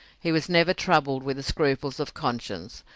he was never troubled with scruples of conscience,